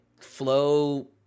flow